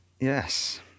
Yes